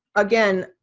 again,